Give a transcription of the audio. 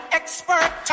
expert